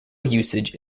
usage